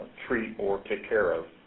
treat or take care of.